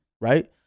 right